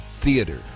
theater